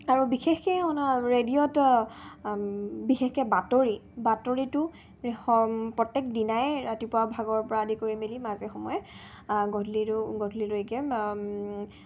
আৰু বিশেষকৈ ৰেডিঅ'ত বিশেষকৈ বাতৰি বাতৰিটো সম প্ৰত্যেক দিনাই ৰাতিপুৱা ভাগৰ পৰা আদি কৰি মেলি মাজে সময়ে গধূলিটো গধূলিলৈকে